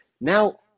Now